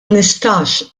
nistax